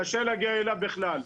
קשה להגיע אליו בכלל.